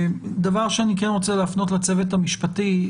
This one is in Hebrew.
דבר שאני כן רוצה להפנות לצוות המשפטי,